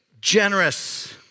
generous